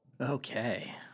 Okay